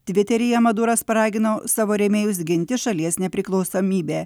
tviteryje maduras paragino savo rėmėjus ginti šalies nepriklausomybę